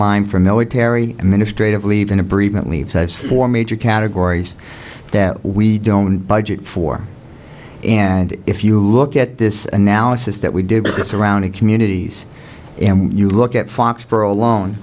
line for military ministre of leaving a bereavement leave says four major categories that we don't budget for and if you look at this analysis that we did get surrounding communities and you look at fox for alone